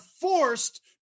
forced